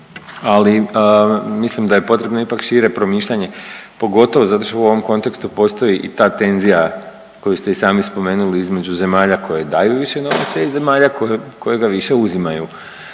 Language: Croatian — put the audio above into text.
ali mislim da je potrebno ipak šire promišljanje pogotovo zato što u ovom kontekstu postoji i ta tenzija koju ste i sami spomenuli između zemalja koje daju više novaca i zemalja koje, koje ga više uzimaju.